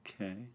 Okay